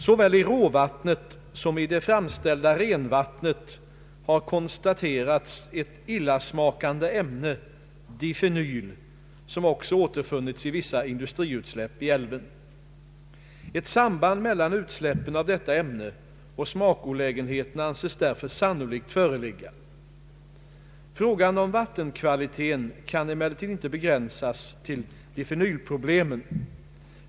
Såväl i råvattnet som i det framställda renvattnet har konstaterats ett illasmakande ämne — difenyl — som också återfunnits i vissa industriutsläpp i älven. Ett samband mellan utsläppen av detta ämne och smakolägenheterna anses därför sannolikt föreligga. Frågan om vattenkvaliteten kan emellertid inte begränsas till difenylproblemen.